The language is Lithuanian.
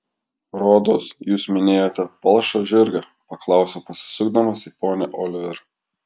rodos jūs minėjote palšą žirgą paklausiau pasisukdamas į ponią oliver